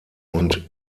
und